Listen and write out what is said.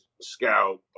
scout